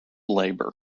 labour